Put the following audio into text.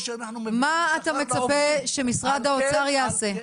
מה אתה מצפה שמשרד האוצר יעשה?